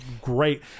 great